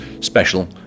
special